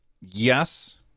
Yes